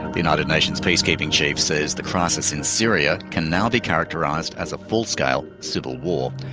united nations peacekeeping chief says the crisis in syria can now be characterised as a full-scale civil war.